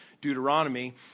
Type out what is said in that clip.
Deuteronomy